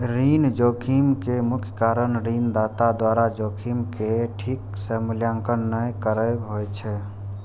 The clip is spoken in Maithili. ऋण जोखिम के मुख्य कारण ऋणदाता द्वारा जोखिम के ठीक सं मूल्यांकन नहि करब होइ छै